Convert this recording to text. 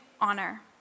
honor